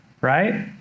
right